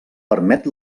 permet